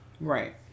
Right